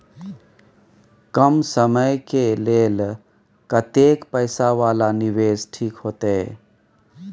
कम समय के लेल कतेक पैसा वाला निवेश ठीक होते?